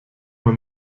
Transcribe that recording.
mal